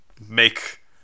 make